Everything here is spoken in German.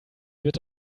wird